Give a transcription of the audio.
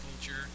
culture